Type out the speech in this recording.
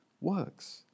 works